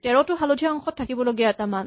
১৩ টো হালধীয়া অংশত থাকিবলগা এটা মান